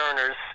earners